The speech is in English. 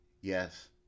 yes